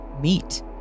meet